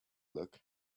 look